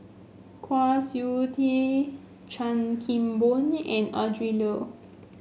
Kwa Siew Tee Chan Kim Boon and Adrin Loi